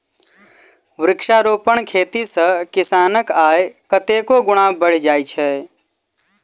वृक्षारोपण खेती सॅ किसानक आय कतेको गुणा बढ़ि जाइत छै